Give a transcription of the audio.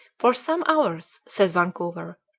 for some hours, says vancouver,